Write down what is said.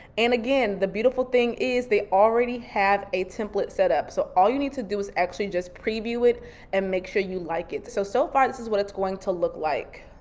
and again, the beautiful thing is they already have a template set up. so all you need to do is actually just preview it and make sure you like it. so so far, this is what it's going to look like.